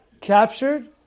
captured